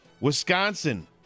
Wisconsin